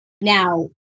Now